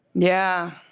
yeah,